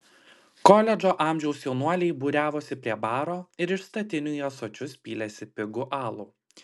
koledžo amžiaus jaunuoliai būriavosi prie baro ir iš statinių į ąsočius pylėsi pigų alų